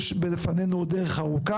יש בפנינו עוד דרך ארוכה,